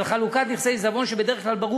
על חלוקת נכסי עיזבון שבדרך כלל ברור